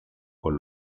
con